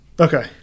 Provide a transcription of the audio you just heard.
Okay